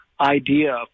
idea